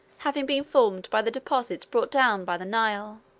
having been formed by the deposits brought down by the nile.